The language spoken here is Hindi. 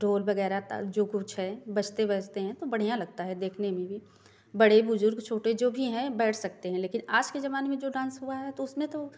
ढोल वगैरह जो कुछ है बजते बजते हैं तो बढ़ियाँ लगता है देखने में भी बड़े बुजुर्ग छोटे जो भी हैं बैठ सकते हैं लेकिन आज के जमाने में जो डांस हुआ है तो उसमें तो